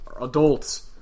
adults